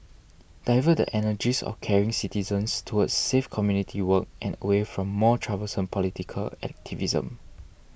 divert the energies of caring citizens towards safe community work and away from more troublesome political activism